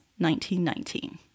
1919